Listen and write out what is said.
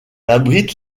abrite